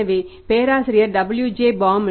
எனவே பேராசிரியர் W